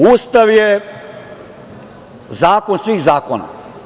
Ustav je zakon svih zakona.